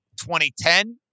2010